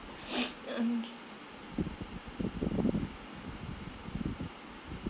um